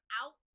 out